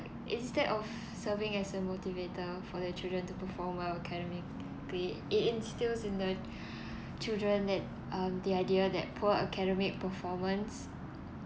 instead of serving as a motivator for their children to perform well academically it instills in the children that um the idea that poor academic performance